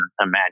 imagine